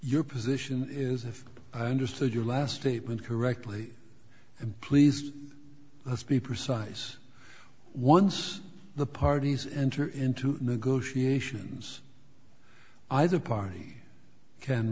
your position is if i understood your last statement correctly and please let's be precise once the parties enter into negotiations either party can